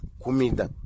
comida